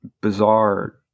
bizarre